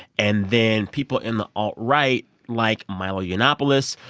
and then people in the alt-right, like milo yiannopoulos,